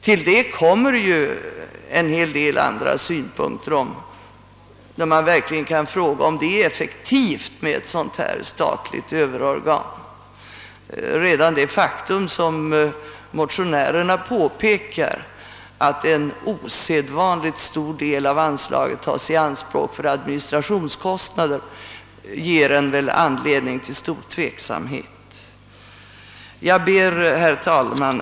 Vidare undrar vi om det verkligen är effektivt att ha ett statligt överorgan. Redan det som motionärerna framhåller, att en osedvanligt stor del av anslaget tages i anspråk för administrationskostnader, ger anledning till stor tveksamhet. Herr talman!